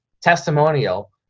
testimonial